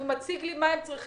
ושם הציגו לי מה הם צריכים.